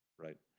right.